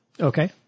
Okay